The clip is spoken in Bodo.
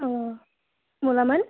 अ माब्लामोन